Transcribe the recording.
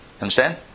Understand